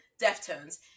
Deftones